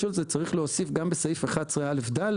צריך להוסיף גם בסעיף 11א(ד),